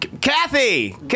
Kathy